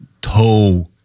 toe